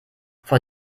vor